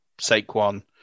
Saquon